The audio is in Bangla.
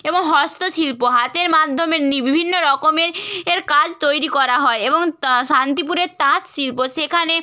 এবং হস্তশিল্প হাতের মাধ্যমে নি বিভিন্ন রকমের এর কাজ তৈরি করা হয় এবং ত শান্তিপুরের তাঁত শিল্প সেখানে